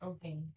Okay